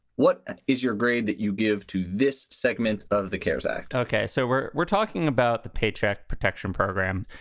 what is your grade that you give to this segment of the cares act? ok. so we're we're talking about the paycheck protection program.